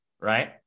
right